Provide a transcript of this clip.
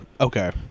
Okay